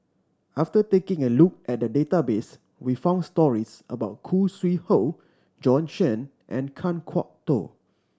after taking a look at the database we found stories about Khoo Sui Hoe Bjorn Shen and Kan Kwok Toh